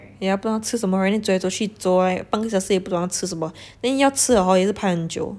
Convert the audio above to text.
ah yeah 不要吃什么 then 走来走去走 ah 半个小时也不懂要吃什么 then 要吃 liao hor then 也是要排很久